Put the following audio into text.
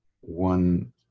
one